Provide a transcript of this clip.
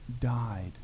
died